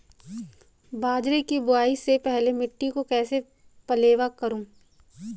बाजरे की बुआई से पहले मिट्टी को कैसे पलेवा करूं?